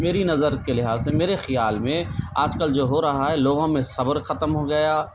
میری نظر کے لحاظ سے میرے خیال میں آج کل جو ہو رہا ہے لوگوں میں صبر ختم ہو گیا